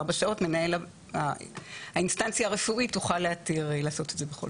שעות האינסטנציה הרפואית תוכל להתיר לעשות את זה.